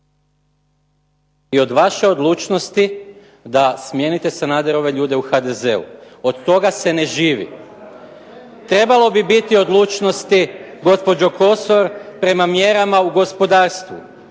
i od vaše odlučnosti da smijenite Sanaderove ljude u HDZ-u. Od toga se ne živi. Trebalo bi biti odlučnosti, gospođo Kosor, prema mjerama u gospodarstvu,